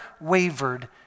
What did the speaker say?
wavered